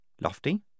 Lofty